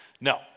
No